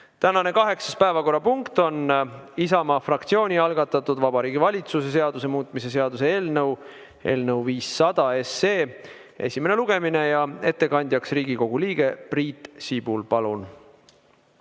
Tänane kaheksas päevakorrapunkt on Isamaa fraktsiooni algatatud Vabariigi Valitsuse seaduse muutmise seaduse eelnõu 500 esimene lugemine. Ettekandja on Riigikogu liige Priit Sibul. Palun!